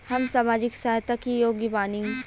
हम सामाजिक सहायता के योग्य बानी?